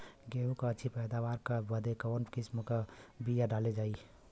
गेहूँ क अच्छी पैदावार बदे कवन किसीम क बिया डाली जाये?